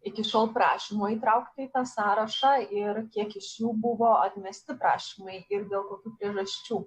iki šiol prašymų įtraukti į tą sąrašą ir kiek iš jų buvo atmesti prašymai ir dėl kokių priežasčių